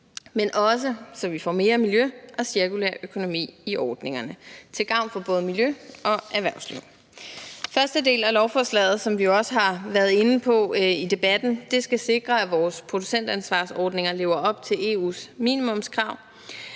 Men også så vi får mere miljø og cirkulær økonomi i ordningerne til gavn for både miljø og erhvervsliv. Første del af lovforslaget skal, som vi også har været inde på her i debatten, sikre, at vores producentansvarsordninger lever op til EU's minimumskrav.